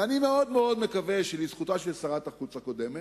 ואני מאוד-מאוד מקווה שלזכותה של שרת החוץ הקודמת,